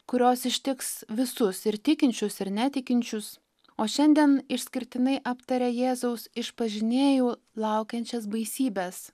kurios ištiks visus ir tikinčius ir netikinčius o šiandien išskirtinai aptaria jėzaus išpažinėjų laukiančias baisybes